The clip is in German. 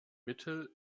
mittel